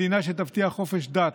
מדינה שתבטיח חופש דת,